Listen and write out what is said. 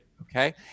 okay